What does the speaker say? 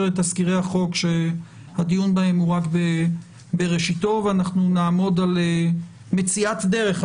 לתזכירי החוק שהדיון בהם הוא רק בראשיתו ואנחנו נעמוד על מציאת דרך.